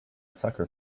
sucker